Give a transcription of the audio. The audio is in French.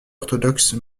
orthodoxe